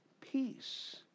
peace